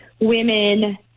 women